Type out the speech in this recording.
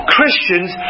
Christians